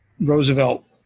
Roosevelt